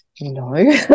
No